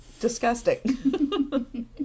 disgusting